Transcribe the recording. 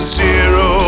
zero